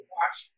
watch